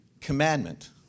Commandment